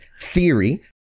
Theory